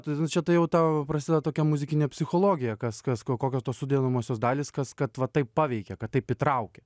todėl čia tai jau tau prasideda tokia muzikinė psichologija kas kas ko kokios tos sudedamosios dalys kas kad va taip paveikė kad taip įtraukė